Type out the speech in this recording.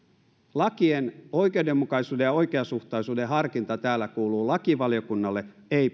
lakien oikeudenmukaisuuden ja oikeasuhtaisuuden harkinta kuuluu täällä lakivaliokunnalle ei